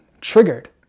triggered